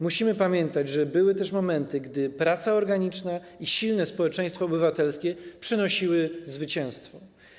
Musimy pamiętać, że były też momenty, gdy praca organiczna i silne społeczeństwo obywatelskie przynosiły zwycięstwo.